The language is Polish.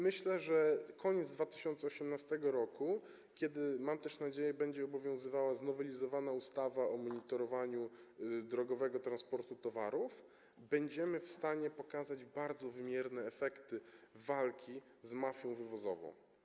Myślę, że na koniec 2018 r., kiedy - mam nadzieję - będzie obowiązywała znowelizowana ustawa o monitorowaniu drogowego transportu towarów, będziemy w stanie pokazać bardzo wymierne efekty walki z mafią wywozową.